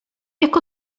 jak